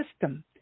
system